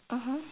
mmhmm